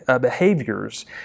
behaviors